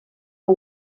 que